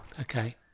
Okay